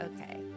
okay